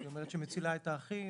דפנה אומרת שזה מציל את האחים,